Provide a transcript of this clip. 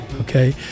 okay